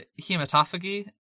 hematophagy